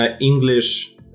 English